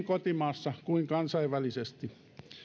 kotimaassa kuin kansainvälisesti